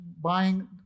buying